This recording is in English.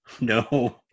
No